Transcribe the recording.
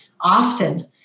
often